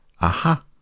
Aha